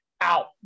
Out